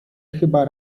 chyba